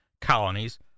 colonies